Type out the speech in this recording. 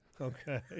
okay